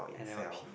and I will pee